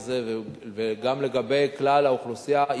הזה וגם בכלל האוכלוסייה.